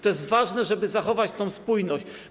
To jest ważne, żeby zachować tę spójność.